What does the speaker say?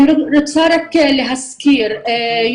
שוב פעם, אני רוצה להדגיש נתון מאוד מאוד חשוב.